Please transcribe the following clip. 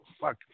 fuck